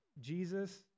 Jesus